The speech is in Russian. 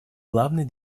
главной